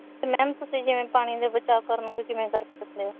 ma'am ਤੁਸੀਂ ਜਿਵੇਂ ਪਾਣੀ ਦੇ ਬਚਾਅ ਕਰੋਗੇ ਕਿਵੇਂ ਕਰ ਸਕਦੇ ਹੋ